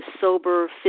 sober